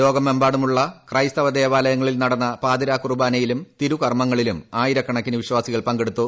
ലോകമെമ്പാടുമുള്ള ക്രൈസ്തവ ദേവാലയങ്ങളിൽ നടന്ന പാതിരാകുർബാനയിലും തിരുകർമ്മങ്ങളിലും ആയിരക്കണക്കിന് വിശ്വാസികൾ പങ്കെടുത്തു